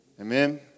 amen